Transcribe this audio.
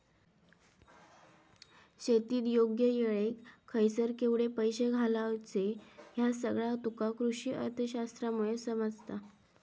शेतीत योग्य वेळेक खयसर केवढे पैशे घालायचे ह्या सगळा तुका कृषीअर्थशास्त्रामुळे समजता